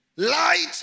Light